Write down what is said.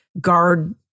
guard